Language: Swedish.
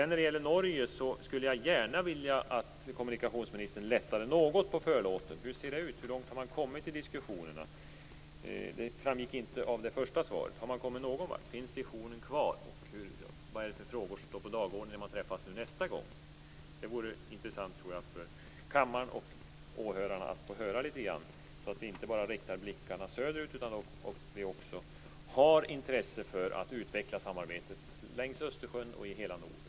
När det gäller Norge skulle jag gärna vilja att kommunikationsministern lättade något på förlåten. Hur ser det ut? Hur långt har man kommit i diskussionerna? Det framgick inte av det första svaret. Har man kommit någon vart? Finns visionen kvar? Vad är det för frågor som står på dagordningen när man träffas nästa gång? Det vore intressant för kammaren och åhörarna att få höra litet grand, så att vi inte bara riktar blickarna söderut utan att vi också har intresse för att utveckla samarbetet längs Östersjön och i hela Norden.